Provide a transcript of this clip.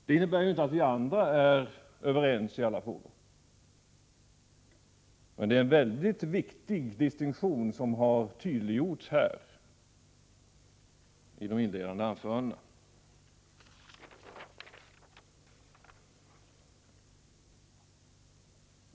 Det innebär inte att vi andra är överens i alla frågor. Men det är en väldigt viktig distinktion som har tydliggjorts här i de inledande anförandena.